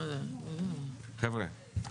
חבר'ה,